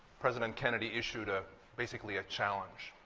president kennedy issued ah basically a challenge.